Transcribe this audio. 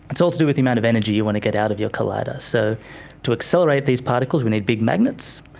it's all to do with the amount of energy you want to get out of your collider. so to accelerate these particles we need big magnets,